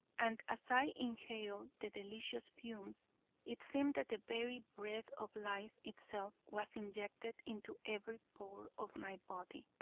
and as i inhaled the delicious fumes it seemed that the very breath of life itself was injected into every pore of my body.